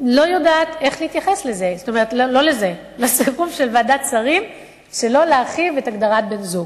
לא יודעת איך להתייחס לסיכום של ועדת השרים שלא להרחיב את הגדרת בן-זוג.